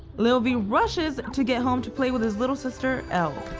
little vee rushes to get home to play with his little sister, elle.